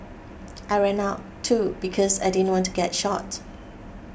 I ran out too because I didn't want to get shot